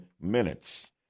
minutes